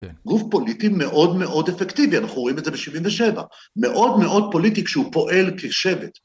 גוף פוליטי מאוד מאוד אפקטיבי, אנחנו רואים את זה ב-77. מאוד מאוד פוליטי כשהוא פועל כשבט.